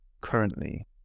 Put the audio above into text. currently